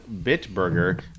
Bitburger